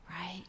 right